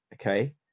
Okay